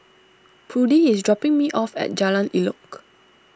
Prudie is dropping me off at Jalan Elok